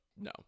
No